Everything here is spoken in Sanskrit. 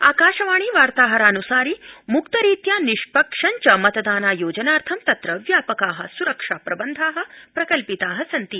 आकाशवाणी वार्ताहरान्सारि मुक्तरीत्या निष्पक्षं च मतदानायोजनार्थं तत्र व्यापका सुरक्षा प्रबन्धा प्रकल्पिता सन्ति